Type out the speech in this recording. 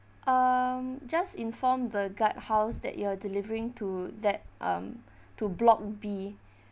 um just inform the guard house that you are delivering to that um to block B